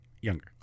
Younger